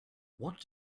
what